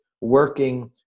working